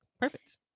Perfect